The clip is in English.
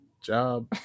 job